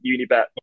Unibet